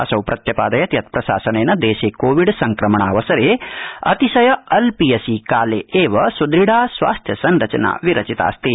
असौ प्रत्यपादयत् यत् प्रशासनप्त दर्शकोविड संक्रमण अवसर अतिशय अल्पीयसि काल ऐव सुदृढ़ा स्वास्थ्य संरचना विरचितास्ति